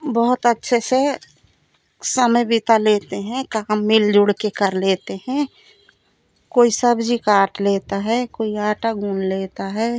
बहुत अच्छे से समय बिता लेते हैं काम मिल जुल के कर लेते हैं कोई सब्ज़ी काट लेता है कोई आटा गूँद लेता है